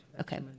Okay